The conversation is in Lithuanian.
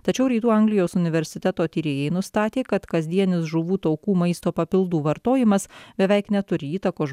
tačiau rytų anglijos universiteto tyrėjai nustatė kad kasdienis žuvų taukų maisto papildų vartojimas beveik neturi įtakos